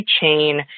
chain